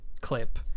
clip